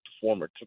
former